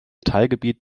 teilgebiet